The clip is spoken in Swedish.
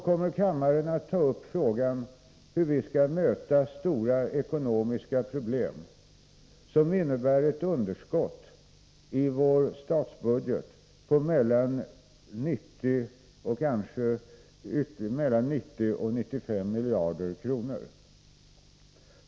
Kammaren kommer att ta upp frågan hur vi skall möta stora ekonomiska problem, som innebär ett underskott i vår statsbudget på mellan 90 och 95 miljarder kronor.